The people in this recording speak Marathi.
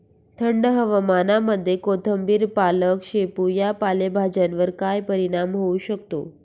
थंड हवामानामध्ये कोथिंबिर, पालक, शेपू या पालेभाज्यांवर काय परिणाम होऊ शकतो?